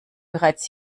bereits